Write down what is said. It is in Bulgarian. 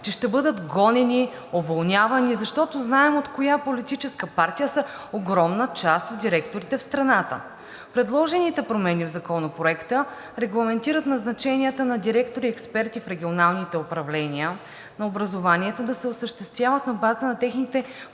че ще бъдат гонени, уволнявани, защото знаем от коя политическа партия са огромна част от директорите в страната. Предложените промени в Законопроекта регламентират назначенията на директори и експерти в регионалните управления на образованието да се осъществяват на базата на техните